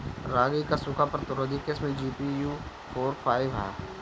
रागी क सूखा प्रतिरोधी किस्म जी.पी.यू फोर फाइव ह?